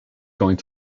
going